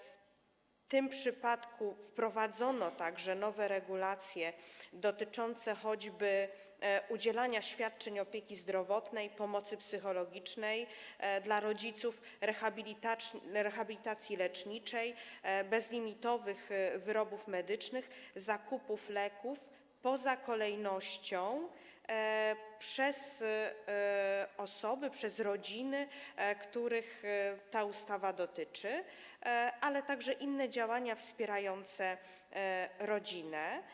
W tym przypadku wprowadzono także nowe regulacje, dotyczące choćby udzielania świadczeń opieki zdrowotnej, pomocy psychologicznej dla rodziców, rehabilitacji leczniczej, bezlimitowych wyrobów medycznych i zakupu leków poza kolejnością przez osoby, rodziny, których ta ustawa dotyczy, ale także inne działania wspierające rodzinę.